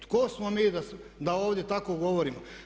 Tko smo mi da ovdje tako govorimo?